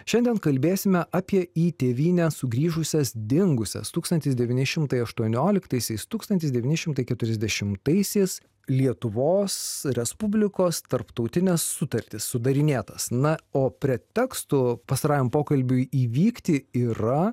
šiandien kalbėsime apie į tėvynę sugrįžusias dingusias tūkstantis devyni šimtai aštuonioliktaisiais tūkstantis devyni šimtai keturiasdešimtaisiais lietuvos respublikos tarptautines sutartis sudarinėtas na o pretekstu pastarajam pokalbiui įvykti yra